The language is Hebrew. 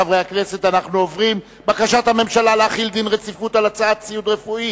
אנחנו עוברים לבקשת הממשלה להחיל דין רציפות על הצעת חוק ציוד רפואי,